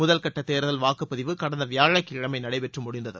முதல் கட்ட தேர்தல் வாக்குப்பதிவு கடந்த வியாழக்கிழமை நடைபெற்று முடிந்தது